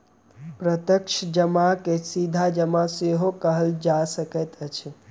प्रत्यक्ष जमा के सीधा जमा सेहो कहल जा सकैत अछि